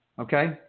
okay